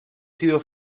sido